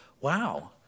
wow